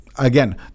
Again